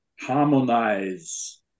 harmonize